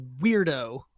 weirdo